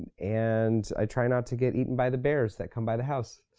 and i try not to get eaten by the bears that come by the house.